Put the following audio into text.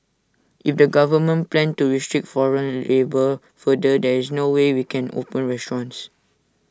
if the government plans to restrict foreign labour further there is no way we can open restaurants